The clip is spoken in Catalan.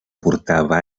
portava